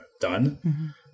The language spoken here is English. done